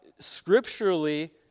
scripturally